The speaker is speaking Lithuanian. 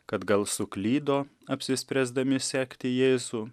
kad gal suklydo apsispręsdami sekti jėzų